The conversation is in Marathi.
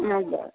न् बरं